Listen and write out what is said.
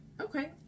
Okay